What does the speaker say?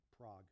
Prague